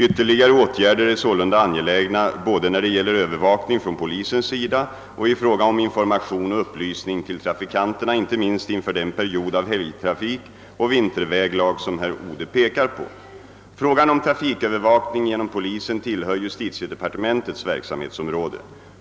Ytterligare åtgärder är sålunda angelägna både när det gäller övervakning från polisens sida och i fråga om information och upplysning till trafikanterna, inte minst inför den period av helgtrafik och vinterväglag som herr Odhe pekar på. Frågan om trafikövervakning genom polisen = tillhör justitiedepartementets verksamhetsområde.